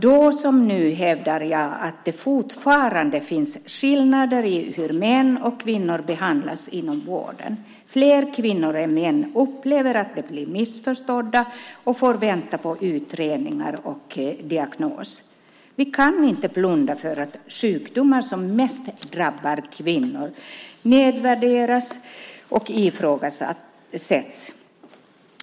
Då som nu hävdade jag att det fortfarande finns skillnader i hur män och kvinnor behandlas inom vården. Fler kvinnor än män upplever att de blir missförstådda och får vänta på utredningar och diagnos. Vi kan inte blunda för att sjukdomar som mest drabbar kvinnor nedvärderas och ifrågasätts.